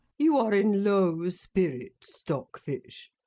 you are in low spirits, stockfish.